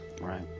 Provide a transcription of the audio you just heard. Right